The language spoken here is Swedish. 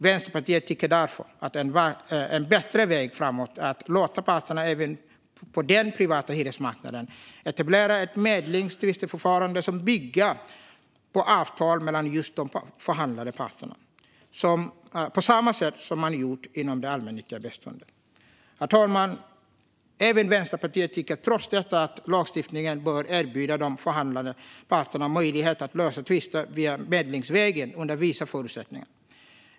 Vänsterpartiet tycker därför att en bättre väg framåt är att låta parterna även på den privata hyresmarknaden etablera ett medlings och tvistförfarande som bygger på avtal mellan just de förhandlande parterna, på samma sätt som man gjort inom det allmännyttiga beståndet. Även Vänsterpartiet tycker trots detta att lagstiftningen bör erbjuda de förhandlande parterna möjlighet att lösa tvister via medling under vissa förutsättningar.